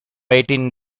eighteen